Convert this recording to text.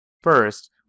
First